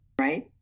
right